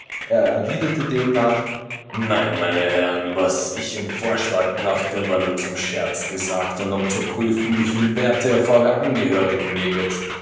er erwiderte demnach nein meine herren was ich in vorschlag brachte war nur zum scherz gesagt und um zu prüfen wieviel wert ihr auf eure angehörigen legtet